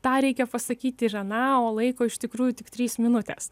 tą reikia pasakyti ir aną o laiko iš tikrųjų tik trys minutės